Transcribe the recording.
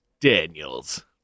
Daniels